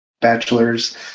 bachelor's